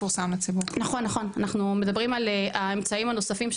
מדברים על האמצעים הנוספים,